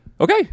Okay